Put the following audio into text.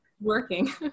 Working